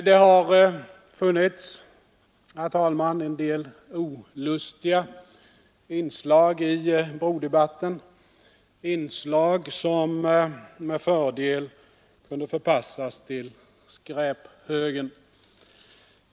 Det har förekommit en del olustiga inslag i brodebatten, vilka med fördel kunde förpassas till skräphögen.